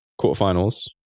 quarterfinals